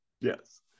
Yes